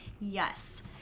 Yes